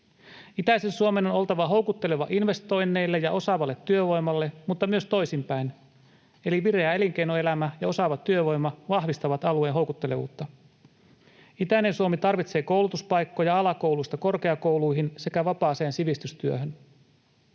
Itäisen Suomen on oltava houkutteleva investoinneille ja osaavalle työvoimalle, mutta myös toisinpäin, eli vireä elinkeinoelämä ja osaava työvoima vahvistavat alueen houkuttelevuutta. Itäinen Suomi tarvitsee koulutuspaikkoja alakouluista korkeakouluihin sekä vapaaseen sivistystyöhön.